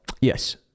Yes